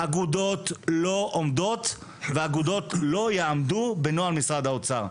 אגודות לא עומדות ולא יעמדו בנוהל משרד האוצר.